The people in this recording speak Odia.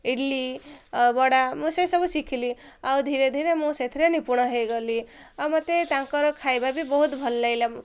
ଇଡ଼୍ଲି ବଡ଼ା ମୁଁ ସେ ସବୁ ଶିଖିଲି ଆଉ ଧୀରେ ଧୀରେ ମୁଁ ସେଥିରେ ନିପୁଣ ହୋଇଗଲି ଆଉ ମୋତେ ତାଙ୍କର ଖାଇବା ବି ବହୁତ ଭଲ ଲାଗିଲା